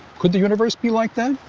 could the universe be like that?